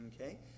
Okay